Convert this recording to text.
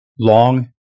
Long